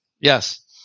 Yes